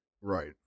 Right